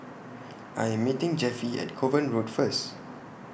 I Am meeting Jeffie At Kovan Road First